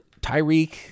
Tyreek